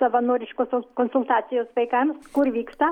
savanoriškosios konsultacijos vaikams kur vyksta